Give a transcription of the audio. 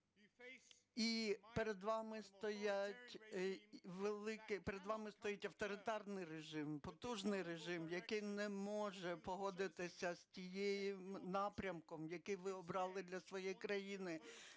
Перед вами стоїть авторитарний режим, потужний режим, який не може погодитися з тим напрямком, який ви обрали для своєї країни.